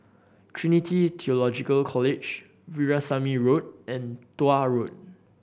Trinity Theological College Veerasamy Road and Tuah Road